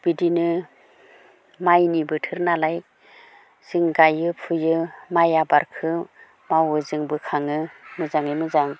बिदिनो माइनि बोथोरनालाय जों गायो फुयो माइ आबारखौ मावो जों बोखाङो मोजाङै मोजां